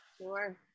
Sure